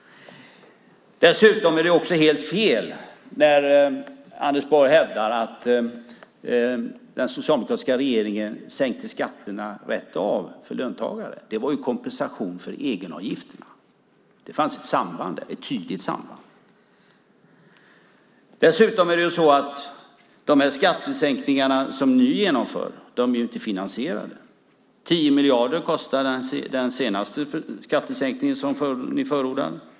Det är helt fel att som Anders Borg hävda att den socialdemokratiska regeringen sänkte skatterna för löntagarna rakt av. Det var ju en kompensation för egenavgifterna. Det fanns ett tydligt samband. Dessutom är de skattesänkningar som regeringen nu genomför inte finansierade. Den senaste skattesänkning som förordas kostar 10 miljarder.